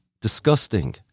disgusting